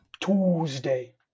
Tuesday